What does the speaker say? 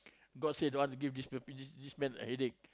god say don't want to give this pe~ this this man a headache